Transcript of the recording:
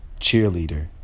cheerleader